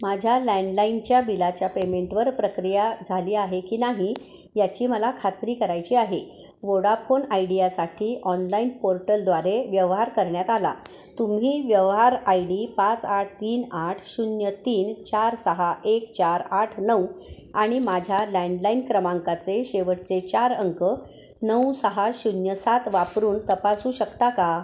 माझ्या लँडलाईनच्या बिलाच्या पेमेंटवर प्रक्रिया झाली आहे की नाही याची मला खात्री करायची आहे वोडाफोन आयडियासाठी ऑनलाईन पोर्टलद्वारे व्यवहार करण्यात आला तुम्ही व्यवहार आय डी पाच आठ तीन आठ शून्य तीन चार सहा एक चार आठ नऊ आणि माझ्या लँडलाईन क्रमांकाचे शेवटचे चार अंक नऊ सहा शून्य सात वापरून तपासू शकता का